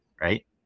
Right